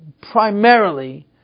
primarily